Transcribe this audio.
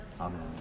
Amen